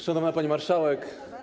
Szanowna Pani Marszałek!